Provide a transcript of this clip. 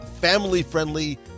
family-friendly